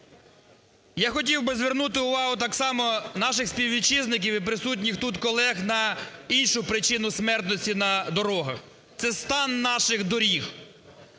Я хотів звернути увагу так само наших співвітчизників і присутніх тут колег на іншу причину смертності на дорогах – це стан наших доріг.